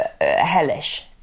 hellish